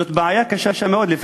זאת בעיה קשה מאוד.